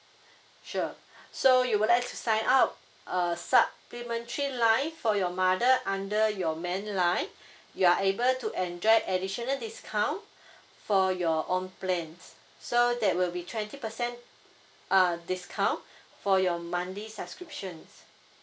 sure so you would like to sign up a supplementary line for your mother under your main line you are able to enjoy additional discount for your own plans so that will be twenty percent uh discount for your monthly subscriptions